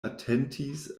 atentis